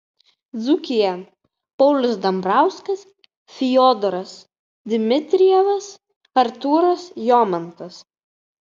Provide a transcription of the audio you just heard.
dzūkija paulius dambrauskas fiodoras dmitrijevas artūras jomantas